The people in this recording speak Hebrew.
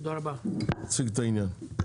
תציג את העניין.